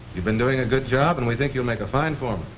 you've been doing a good job and we think you'll make a fine foreman.